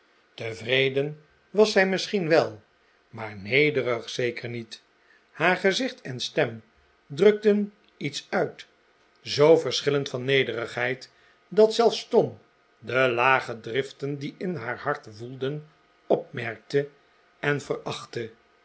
tevreden was zij misschien wel maar nederig zeker niet haar gezicht en stem drukten iets uit zoo verschillend van nederigheid dat zelfs tom de lage driften die in haar hart woelden opmerkte en verachtte